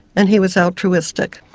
and he was altruistic.